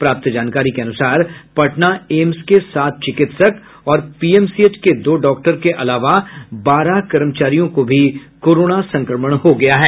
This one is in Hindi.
प्राप्त जानकारी के अनुसार पटना एम्स के सात चिकित्सक और पीएमसीएच के दो डॉक्टर के अलावा बारह कर्मचारियों को भी कोरोना संक्रमण हो गया है